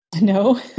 No